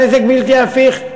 הנזק בלתי הפיך,